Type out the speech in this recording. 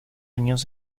años